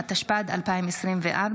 התשפ"ד 2024,